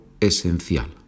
esencial